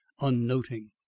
unnoting